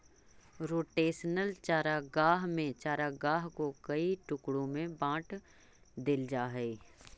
rotational चारागाह में चारागाह को कई टुकड़ों में बांट देल जा हई